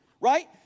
right